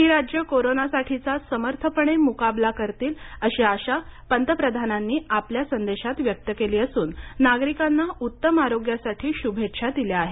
ही राज्यं कोरोनासाठीचा समर्थपणे मुकाबला करतील अशी आशा पंतप्रधानांनी आपल्या संदेशात व्यक्त केली असून नागरिकांना उत्तम आरोग्यासाठी शुभेच्छा दिल्या आहेत